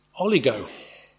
Oligo